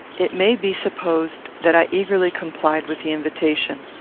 it may be supposed that i eagerly complied with the invitation.